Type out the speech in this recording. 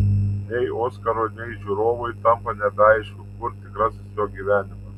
nei oskarui nei žiūrovui tampa nebeaišku kur tikrasis jo gyvenimas